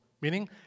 Meaning